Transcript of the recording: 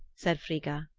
said frigga.